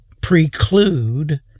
preclude